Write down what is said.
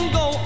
go